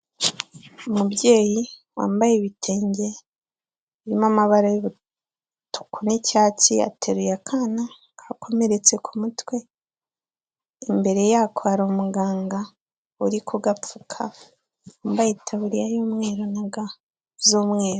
Umubyeyi wambaye ibitenge birimo amabara y'umutuku n'icyatsi, ateruye akana kakomeretse ku mutwe, imbere yako hari umuganga uri kugapfuka yambaye itaburiya y'umweru na ga z'umweru.